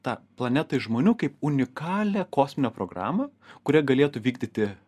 tą planetai žmonių kaip unikalią kosminę programą kurią galėtų vykdyti